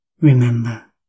remember